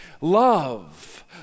Love